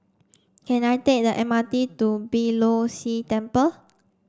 can I take the M R T to Beeh Low See Temple